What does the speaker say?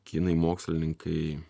kinai mokslininkai